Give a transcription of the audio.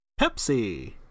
Pepsi